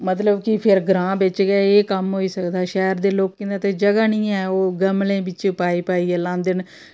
मतलब कि फिर ग्रांऽ बिच्च गै एह् कम्म होई सकदा शैह्र दे लोकें दे ते जगह निं ऐ ओह् गमले च पाई पाई लांदे न